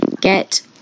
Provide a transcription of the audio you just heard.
Get